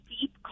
deep